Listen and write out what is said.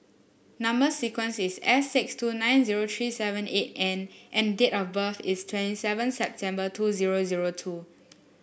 number sequence is S six two nine zero three seven eight N and date of birth is twenty seven September two zero zero two